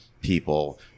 people